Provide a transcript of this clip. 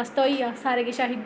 आस्तै होई गेआ सारे किश असें ई